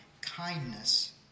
kindness